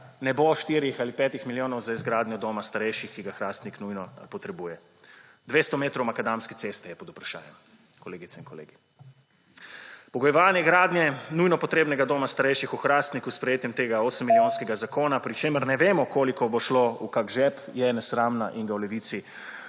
ne bo 4 ali 5 milijonov za izgradnjo doma starejših, ki ga Hrastnik nujno potrebuje. 200 metrov makadamske ceste je pod vprašajem, kolegice in kolegi. Pogojevanje gradnje nujno potrebnega doma starejših v Hrastniku s sprejetjem tega 8-milijonskega zakona, pri čemer ne vemo, koliko bo šlo v kakšen žep, je nesramno in ga v Levici